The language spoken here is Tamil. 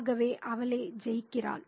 ஆகவே அவளே ஜெயிக்கிறாள்